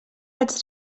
vaig